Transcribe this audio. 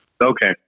Okay